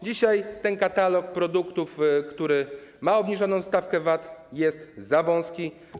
Dzisiaj ten katalog produktów, które mają obniżoną stawkę VAT, jest za wąski.